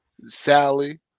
Sally